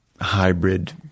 hybrid